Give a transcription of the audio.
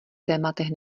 tématech